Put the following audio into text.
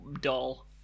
dull